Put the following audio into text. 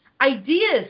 ideas